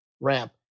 ramp